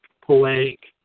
Poetic